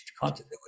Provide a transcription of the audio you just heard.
continuity